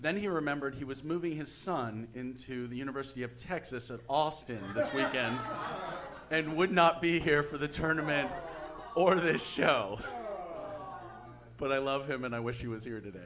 then he remembered he was moving his son to the university of texas at austin this weekend and would not be here for the tournaments or the show but i love him and i wish he was here today